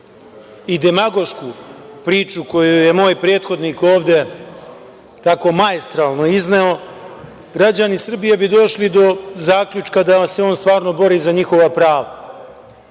i demagošku priču koju je moj prethodnik ovde tako maestralno izneo, građani Srbije bi došli do zaključka da se on stvarno bori za njihova